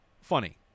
funny